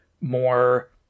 more